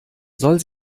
soll